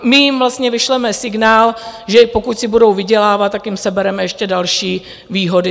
My jim vlastně vyšleme signál, že pokud si budou vydělávat, tak jim sebereme ještě další výhody.